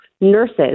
nurses